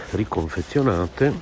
riconfezionate